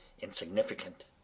insignificant